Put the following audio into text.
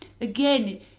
again